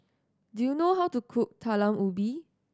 do you know how to cook Talam Ubi